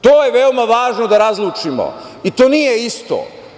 To je veoma važno da razlučimo i to nije isto.